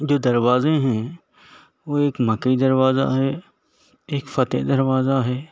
جو دروازے ہیں وہ ایک مکئی دروازہ ہے ایک فتح دروازہ ہے